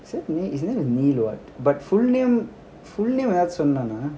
is it isn't neil [what] but full name full name ஏதாச்சும்சொன்னானா:ethachum sonnana